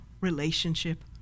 relationship